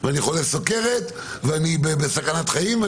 אני חולה סוכרת ואני בסכנת חיים.